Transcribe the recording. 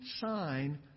sign